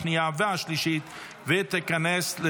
24 בעד, אחד נמנע, אין מתנגדים.